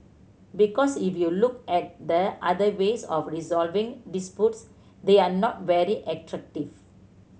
because if you look at the other ways of resolving disputes they are not very attractive